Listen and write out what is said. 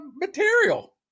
material